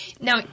Now